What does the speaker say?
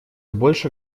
больше